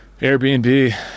Airbnb